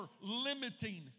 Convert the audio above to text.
limiting